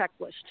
checklist